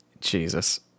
Jesus